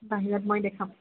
বাহিৰত মই দেখাম